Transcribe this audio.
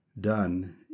done